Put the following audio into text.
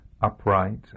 upright